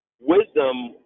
wisdom